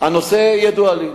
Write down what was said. הנושא ידוע לי.